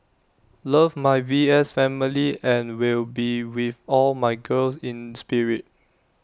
love my V S family and will be with all my girls in spirit